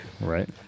Right